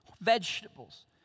vegetables